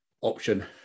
option